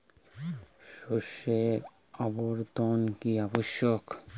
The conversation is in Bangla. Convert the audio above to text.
শস্যের আবর্তন কী আবশ্যক?